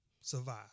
Survive